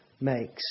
makes